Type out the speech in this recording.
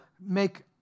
make